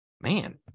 Man